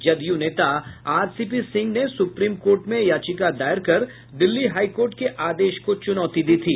जदयू नेता आरसीपी सिंह ने supreme court में याचिका दायर कर दिल्ली हाईकोर्ट के आदेश को चुनौती दी थी